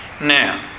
Now